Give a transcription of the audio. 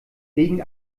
wegen